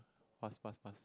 pass pass pass